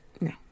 No